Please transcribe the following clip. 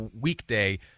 weekday